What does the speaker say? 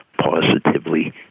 positively